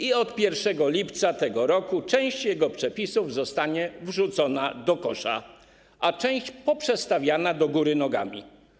I od 1 lipca tego roku część jego przepisów zostanie wyrzucona do kosza, a część poprzestawiana do góry nogami.